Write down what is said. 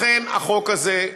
לכן החוק הזה,